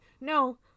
no